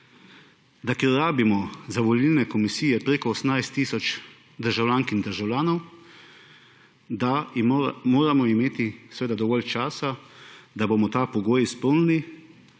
da ker rabimo za volilne komisije preko 18 tisoč državljank in državljanov, moramo imeti seveda dovolj časa, da bomo ta pogoj izpolnili.